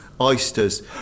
oysters